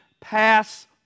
pass